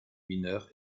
mineur